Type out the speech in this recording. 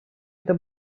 это